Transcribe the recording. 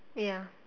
ya